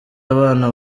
abana